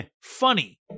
funny